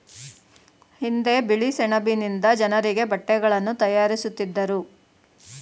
ಹಿಂದೆ ಬಿಳಿ ಸೆಣಬಿನಿಂದ ಜನರಿಗೆ ಬಟ್ಟೆಗಳನ್ನು ತಯಾರಿಸುತ್ತಿದ್ದರು